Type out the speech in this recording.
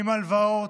עם הלוואות,